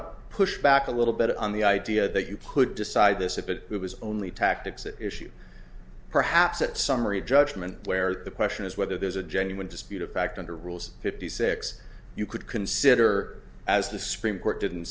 to push back a little bit on the idea that you could decide this if it was only tactics at issue perhaps at summary judgment where the question is whether there's a genuine dispute of fact under rules fifty six you could consider as the screen court didn't